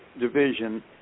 division